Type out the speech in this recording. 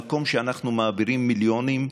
עוד המשכנו את הדיון,